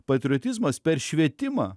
patriotizmas per švietimą